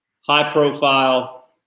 high-profile